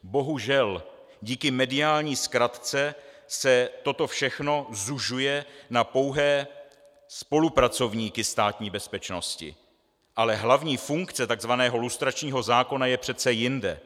Bohužel díky mediální zkratce se toto všechno zužuje na pouhé spolupracovníky Státní bezpečnosti, ale hlavní funkce tzv. lustračního zákona je přece jinde.